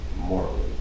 morally